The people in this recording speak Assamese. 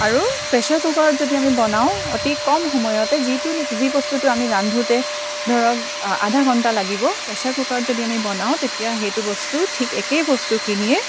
আৰু প্ৰেছাৰ কুকাৰত যদি আমি বনাওঁ অতি কম সময়তে যিটো নেকি যি বস্তুটো আমি ৰান্ধোঁতে ধৰক আধা ঘণ্টা লাগিব প্ৰেছাৰ কুকাৰত যদি আমি বনাওঁ তেতিয়া সেইটো বস্তু ঠিক একে বস্তুখিনিয়ে